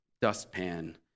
dustpan